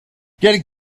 getting